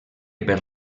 per